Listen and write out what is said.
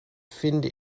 finde